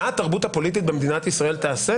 מה התרבות הפוליטית במדינת ישראל תעשה?